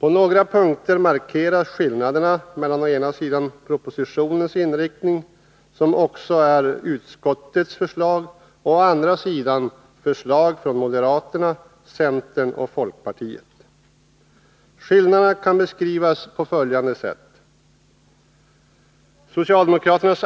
På några punkter markeras skillnaderna mellan å ena sidan propositionens inriktning, som också är utskottets förslag, och å andra sidan förslag från moderaterna, centern och folkpartiet. Skillnaderna kan beskrivas på följande sätt.